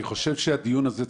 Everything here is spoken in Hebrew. אני חושב שהדיון הזה,